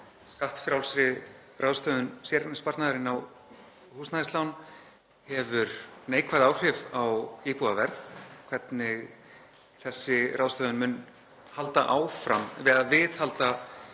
skattfrjálsri ráðstöfun séreignarsparnaðar inn á húsnæðislán hefur neikvæð áhrif á íbúðaverð, hvernig þessi ráðstöfun mun halda áfram að viðhalda þeim